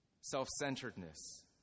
Self-centeredness